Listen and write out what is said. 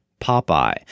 Popeye